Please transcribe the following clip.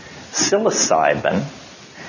psilocybin